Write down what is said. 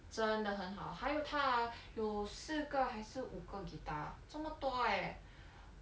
真的很好还有他 ah 有四个还是五个 guitar 这么多 eh